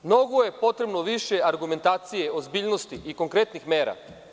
Mnogo je više potrebno argumentacije, ozbiljnosti i konkretnih mera.